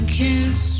kiss